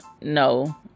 no